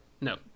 no